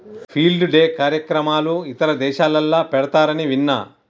field day కార్యక్రమాలు ఇతర దేశాలల్ల పెడతారని విన్న